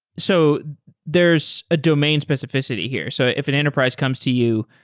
so there's a domain specificity here. so if an enterprise comes to you,